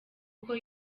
uko